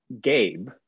Gabe